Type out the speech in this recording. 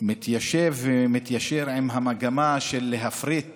מתיישב ומתיישר עם המגמה של להפריט